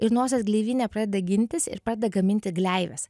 ir nosies gleivinė pradeda gintis ir pradeda gaminti gleives